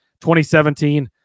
2017